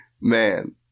Man